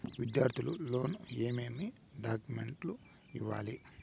విద్యార్థులు లోను ఏమేమి డాక్యుమెంట్లు ఇవ్వాలి?